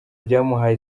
byamuhaye